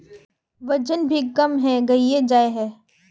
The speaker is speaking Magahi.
वजन भी कम है गहिये जाय है?